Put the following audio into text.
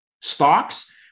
stocks